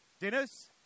dinners